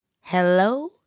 Hello